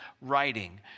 writing